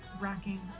racking